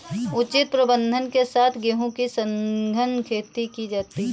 उचित प्रबंधन के साथ गेहूं की सघन खेती की जाती है